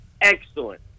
excellent